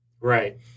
Right